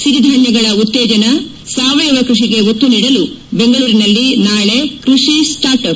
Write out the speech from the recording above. ಸಿರಿಧಾನ್ಸಗಳ ಉತ್ತೇಜನ ಸಾವಯವ ಕೃಷಿಗೆ ಒತ್ತು ನೀಡಲು ಬೆಂಗಳೂರಿನಲ್ಲಿ ನಾಳೆ ಕೃಷಿ ಸ್ವಾರ್ಟ್ಪ್